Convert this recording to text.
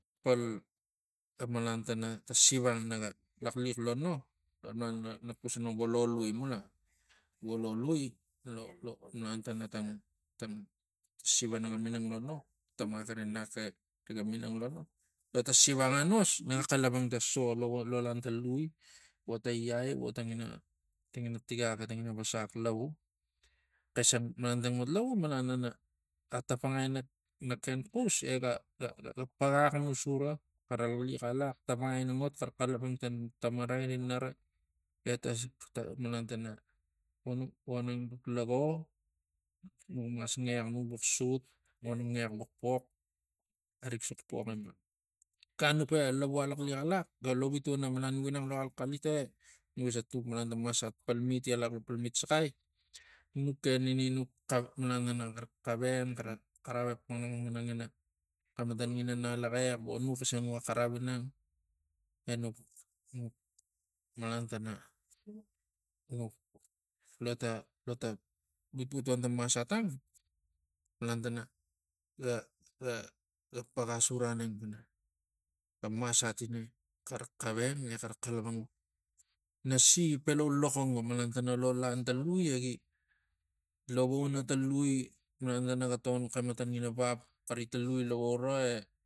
Pal tamalan tana ta siva lang lang naga laxliax lo no malan nak us pana lo liu mula vo lo lui lo malan tana tang tang siva naga minang lo no tamak eri nak riga minang lo no lo ta siva ang anos naga xalapang ta so lava lo lanta lui vo ta iai vo tangina tangina tigak vo tangina vasak lavvu xisang malan tang ot lavu malan ina atapangai nak naken xus ega ga- ga paka axamus sura xara laxliax alax. Taptapangai ina ot xara xalapang tana tamara eri nara eta so a malan tana vonuk voneng nuk lago nug mas ngiax nuk buk sut vo nuk ngiax bux pox erik sux poxgima gan nuk pe lavu alaxliax alax ga lo vituana malan nuk inanglo axalxalit e nuga se tuk malan ta masat palmit e lax palmit saxai nuk ken ini nuk xa maanana xara xaveng xara carau epux nginang pana ngina xematan ngalaxex vo nu xisangauga xarau gi nang enuk malan tan nuk lota lota lota bitbitua lo ta masat ang malan tana ga- ga- ga- ga paga sura aneng pana ta masat ina xara xaveng exara xalapang nasi ga pelau loxongo malan tana lo lan tang liu egi lovung ina tang lui malan tana ga togon xematan ngina vap xari ta lui lo vau ra e